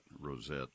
rosette